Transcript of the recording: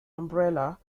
umbrella